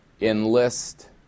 enlist